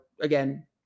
again